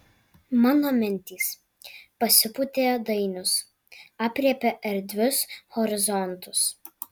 mano mintys pasipūtė dainius aprėpia erdvius horizontus